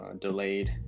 delayed